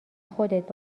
خودت